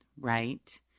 right